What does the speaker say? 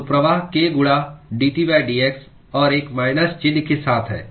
तो प्रवाह k गुणा dTdx और एक माइनस चिह्न के साथ है